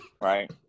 right